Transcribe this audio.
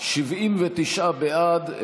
79 בעד,